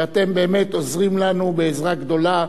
שאתם באמת עוזרים לנו עזרה גדולה,